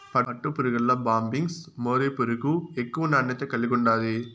పట్టుపురుగుల్ల Bombyx mori పురుగు ఎక్కువ నాణ్యత కలిగుండాది